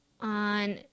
on